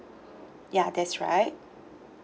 ya that's right